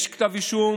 יש כתב אישום